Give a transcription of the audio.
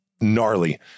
gnarly